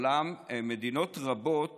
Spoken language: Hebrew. מדינות רבות